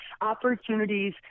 opportunities